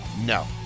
no